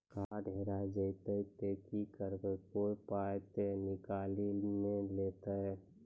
Card हेरा जइतै तऽ की करवै, कोय पाय तऽ निकालि नै लेतै?